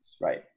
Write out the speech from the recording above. right